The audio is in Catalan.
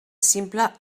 simple